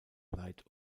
light